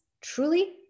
truly